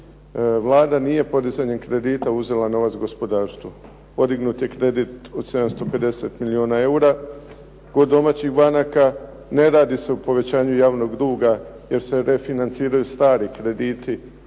Vlada nije podizanjem kredita uzela novac gospodarstvu, podignut je kredit od 750 milijuna eura kod domaćih banaka. Ne radi se o povećanju javnog duga, jer se refinanciraju stari krediti